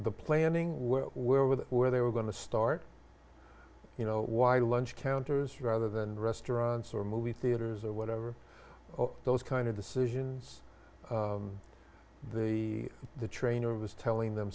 the planning where with where they were going to start you know why lunch counters rather than restaurants or movie theaters or whatever those kind of the solutions the the trainer was telling them